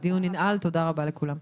הדיון ננעל, תודה רבה לכולם.